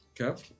Okay